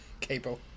Cable